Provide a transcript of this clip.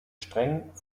streng